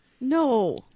no